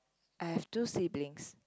I've two siblings